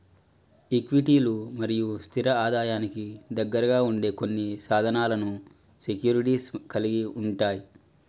ఈక్విటీలు మరియు స్థిర ఆదాయానికి దగ్గరగా ఉండే కొన్ని సాధనాలను సెక్యూరిటీస్ కలిగి ఉంటయ్